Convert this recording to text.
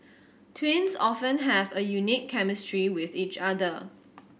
twins often have a unique chemistry with each other